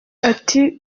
ati